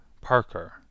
Parker